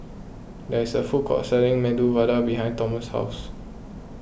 there is a food court selling Medu Vada behind Tomas' house